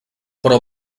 però